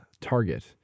target